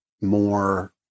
more